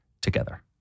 together